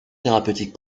thérapeutique